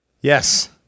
Yes